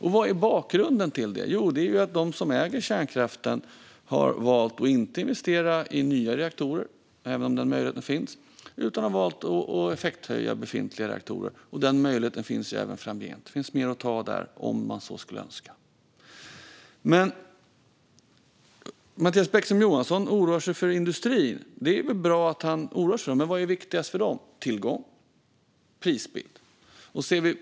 Och vad är bakgrunden till det? Jo, det är att de som äger kärnkraften har valt att inte investera i nya reaktorer, även om den möjligheten finns, utan har valt att effekthöja befintliga reaktorer. Och den möjligheten finns även framgent. Det finns mer att ta där, om man så skulle önska. Mattias Bäckström Johansson oroar sig för industrin. Det är väl bra att han oroar sig för den. Men vad är viktigast för den? Tillgång och prisbild.